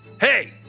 Hey